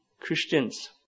Christians